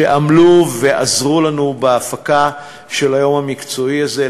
שעמלו ועזרו לנו בהפקה של היום המקצועי הזה,